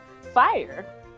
fire